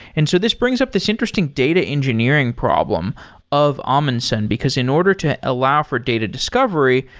and so this brings up this interesting data engineering problem of amundsen. because in order to allow for data discovery,